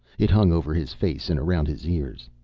it hung over his face and around his ears.